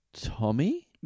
Tommy